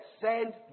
send